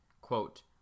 quote